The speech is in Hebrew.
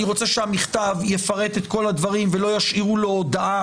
אני רוצה שהמכתב יפרט את כל הדברים ולא ישאירו לו הודעה